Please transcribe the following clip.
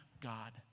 God